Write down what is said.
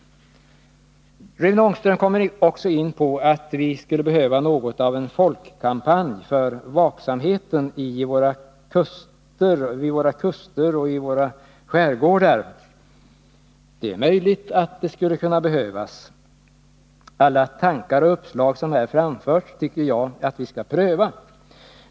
Rune Ångström kom också in på att vi skulle behöva något av en folkkampanj för vaksamhet vid våra kuster och i våra skärgårdar. Det är möjligt att det skulle behövas. Alla tankar och uppslag som här framförts tycker jag att vi skall pröva.